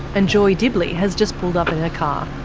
and joy dibley has just pulled up in her car.